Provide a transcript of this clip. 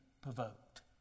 provoked